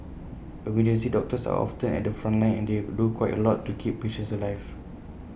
emergency doctors are often at the front line and they do quite A lot to keep patients alive